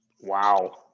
Wow